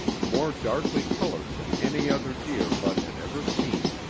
more darkly colored than any other deer bud had ever seen,